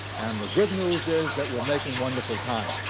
and the good news is that we're making wonderful time.